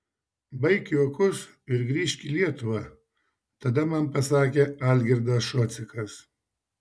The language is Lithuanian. baik juokus ir grįžk į lietuvą tada man pasakė algirdas šocikas